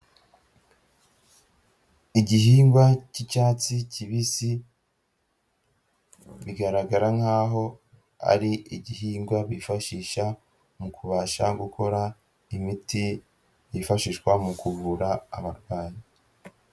Igihingwa cy'icyatsi kibisi, bigaragara nkaho ari igihingwa bifashisha mu kubasha gukora imiti yifashishwa mu kuvura abarwayi.